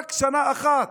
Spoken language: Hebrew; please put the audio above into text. רק שנה אחת.